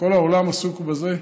כל העולם עסוק בזה.